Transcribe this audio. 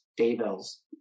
Daybell's